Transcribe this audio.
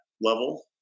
level